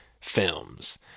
films